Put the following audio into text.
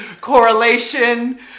correlation